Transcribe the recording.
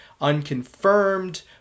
unconfirmed